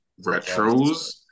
retros